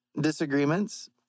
disagreements